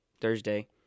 Thursday